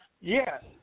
yes